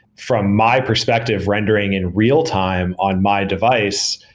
from my perspective rendering in real-time on my device,